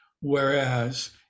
Whereas